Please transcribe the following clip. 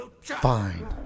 Fine